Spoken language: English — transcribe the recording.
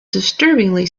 disturbingly